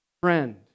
Friend